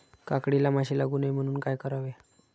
काकडीला माशी लागू नये म्हणून काय करावे?